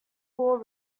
war